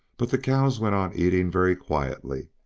but the cows went on eating very quietly,